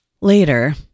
Later